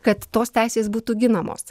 kad tos teisės būtų ginamos